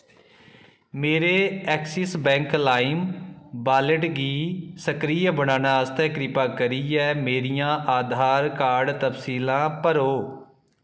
मेरे Axis Bank lime wallet गी सक्रिय बनाने आस्तै कृपा करियै मेरियां आधार कार्ड तफसीलां भरो